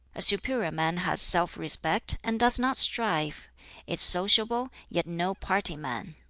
a superior man has self-respect, and does not strive is sociable, yet no party man.